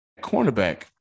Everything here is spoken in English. cornerback